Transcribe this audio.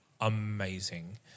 amazing